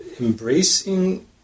embracing